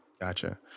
Gotcha